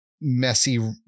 messy